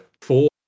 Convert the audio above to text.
Four